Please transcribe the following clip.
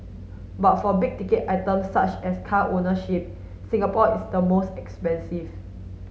but for big ticket items such as car ownership Singapore is the most expensive